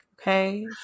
Okay